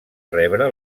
rebre